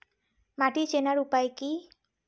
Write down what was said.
মাটি চেনার উপায় কি?